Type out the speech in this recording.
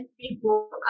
people